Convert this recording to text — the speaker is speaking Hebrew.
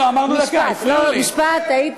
משפט.